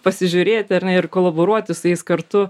pasižiūrėti ar ne ir kolaboruotis su jais kartu